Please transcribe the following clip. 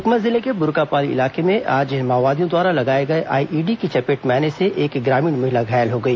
सुकमा जिले के बुर्कापाल इलाके में आज माओवादियों द्वारा लगाए गए आईईडी की चपेट में आने से एक ग्रामीण महिला घायल हो गई